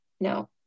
No